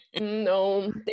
No